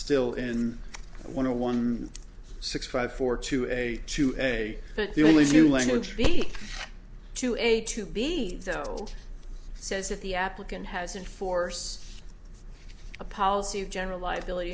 still in one or one six five four to a two and a but the only new language be to a to be told says that the applicant has enforce a policy of general liability